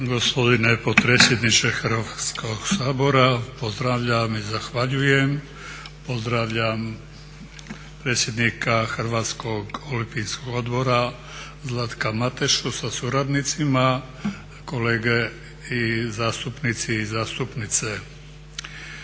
Gospodine potpredsjedniče Hrvatskog sabora, pozdravljam i zahvaljujem. Pozdravljam predsjednika HOO-a Zlatka Matešu sa suradnicima, kolegice i kolege zastupnici i zastupnice.